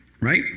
Right